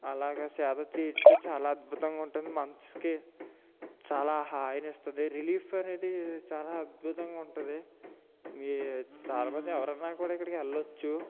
అలాగా సేద తిరితే చాలా అద్భుతంగా ఉంటుంది మనసుకి చాలా హాయినిస్తుంది రిలీఫ్ అనేది చాలా అద్భుతంగా ఉంటుంది మీ చాలామంది ఎవరన్నా కూడా ఇక్కడికి వెళ్ళచ్చు